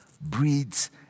breeds